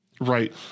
Right